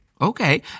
Okay